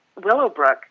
Willowbrook